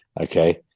Okay